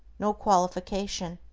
no qualification.